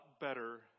better